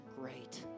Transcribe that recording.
great